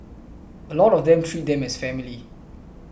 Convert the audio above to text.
a lot of them treat them as family